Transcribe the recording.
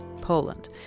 Poland